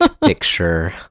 picture